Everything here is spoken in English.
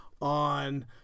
On